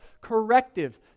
corrective